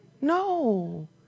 no